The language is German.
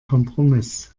kompromiss